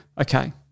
okay